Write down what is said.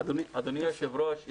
אדוני היושב-ראש,